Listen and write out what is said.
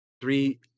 three